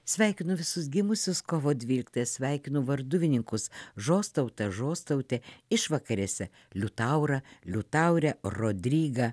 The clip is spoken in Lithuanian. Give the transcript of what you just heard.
sveikinu visus gimusius kovo dvyliktąją sveikinu varduvininkus žostautą žostautę išvakarėse liutaurą liutaurę rodrigą